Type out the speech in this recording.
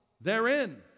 therein